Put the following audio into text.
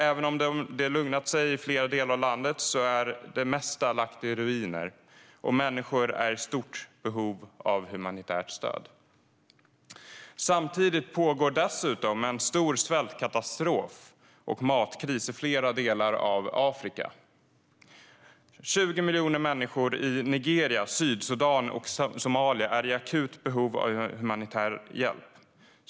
Även om det har lugnat sig i flera delar av landet är det mesta lagt i ruiner, och människor är i stort behov av humanitärt stöd. Dessutom pågår en stor svältkatastrof och matkris i flera delar av Afrika. 20 miljoner människor i Nigeria, Sydsudan och Somalia är i akut behov av humanitär hjälp.